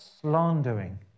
slandering